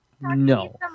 No